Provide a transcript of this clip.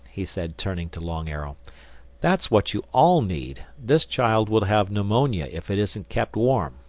he said turning to long arrow that's what you all need. this child will have pneumonia if it isn't kept warm.